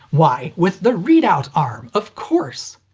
why, with the readout arm, of course!